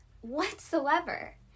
whatsoever